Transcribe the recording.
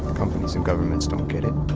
companies and governments don't get it,